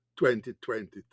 2023